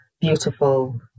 beautiful